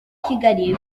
kigali